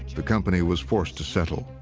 the company was forced to settle.